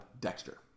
Dexter